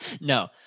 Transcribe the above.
No